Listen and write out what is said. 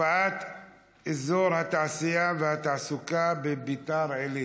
הקפאת אזור התעשייה והתעסוקה בביתר עילית,